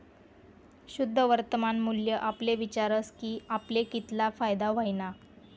शुद्ध वर्तमान मूल्य आपले विचारस की आपले कितला फायदा व्हयना